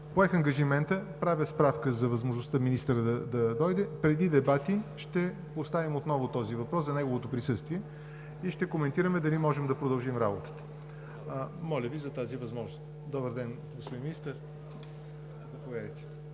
Поех ангажимента, правя справка за възможността министърът да дойде, преди дебатите ще поставим отново въпроса за неговото присъствие и ще коментираме дали ще можем да продължим работа. Моля Ви, за тази възможност. Добър ден, господин Министър,